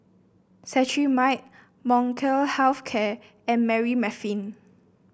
Cetrimide Molnylcke Health Care and Remifemin